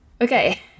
okay